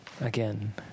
again